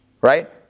Right